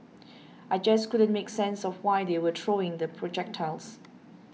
I just couldn't make sense of why they were throwing the projectiles